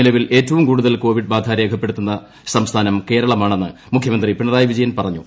നിലവിൽ ഏറ്റവും കൂടുതൽ കോവിഡ് ബാധ രേഖപ്പെടുത്തുന്ന സംസ്ഥാനം കേരളം ആണെന്ന് മുഖ്യമന്ത്രി പിണറായി വിജയൻ പറഞ്ഞു